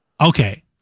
Okay